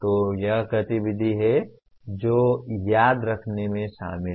तो वह गतिविधि है जो याद रखने में शामिल है